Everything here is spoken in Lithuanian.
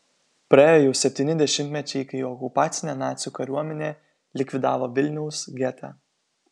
praėjo jau septyni dešimtmečiai kai okupacinė nacių kariuomenė likvidavo vilniaus getą